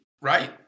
right